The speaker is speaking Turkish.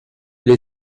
ile